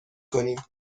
کنیم